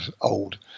old